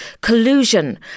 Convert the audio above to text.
collusion